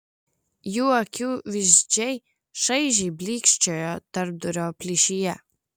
jų akių vyzdžiai šaižiai blykčiojo tarpdurio plyšyje